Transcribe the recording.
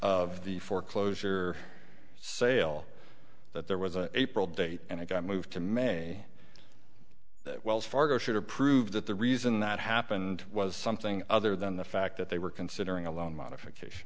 of the foreclosure sale that there was an april date and it got moved to may that wells fargo should approve that the reason that happened was something other than the fact that they were considering a loan modification